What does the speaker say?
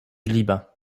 liban